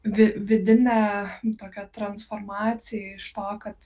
vi vidinę tokią transformaciją iš to kad